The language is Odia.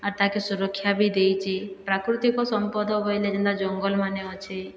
ଆର୍ ତାହାକେ ସୁରକ୍ଷା ବି ଦେଇଛି ପ୍ରାକୃତିକ ସମ୍ପଦ କହିଲେ ଯେନ୍ତା ଜଙ୍ଗଲ ମାନେ ଅଛେ